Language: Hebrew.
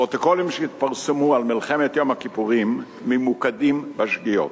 הפרוטוקולים שהתפרסמו על מלחמת יום הכיפורים ממוקדים בשגיאות.